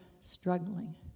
struggling